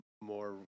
more